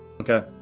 Okay